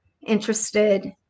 interested